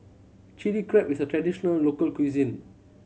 Chili Crab is a traditional local cuisine